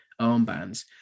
armbands